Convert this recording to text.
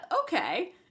okay